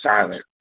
silent